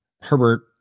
Herbert